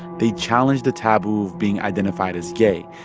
they challenged the taboo of being identified as gay.